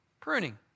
pruning